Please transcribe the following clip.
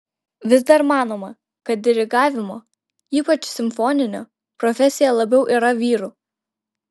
vis dar manoma kad dirigavimo ypač simfoninio profesija labiau yra vyrų